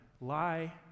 lie